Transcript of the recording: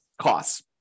costs